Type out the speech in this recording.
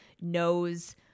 knows